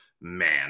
man